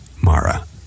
Mara